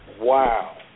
Wow